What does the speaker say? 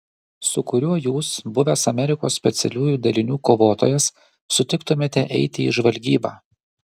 su kuriuo jūs buvęs amerikos specialiųjų dalinių kovotojas sutiktumėte eiti į žvalgybą